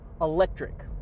electric